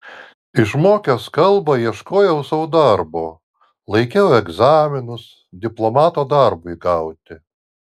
išmokęs kalbą ieškojau sau darbo laikiau egzaminus diplomato darbui gauti